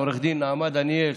לעו"ד נעמה דניאל,